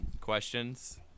questions